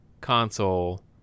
console